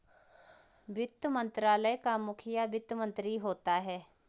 वित्त मंत्रालय का मुखिया वित्त मंत्री होता है